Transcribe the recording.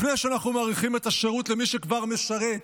לפני שאנחנו מאריכים את השירות למי שכבר משרת,